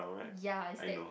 ya is that